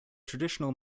traditional